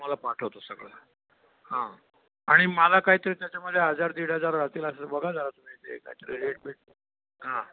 तुम्हाला पाठवतो सगळं हां आणि मला काही तरी त्याच्यामध्ये हजार दीड हजार राहतील असं बघा जरा तुम्ही ते काय ते रेट बीट हां